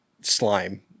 Slime